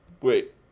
Wait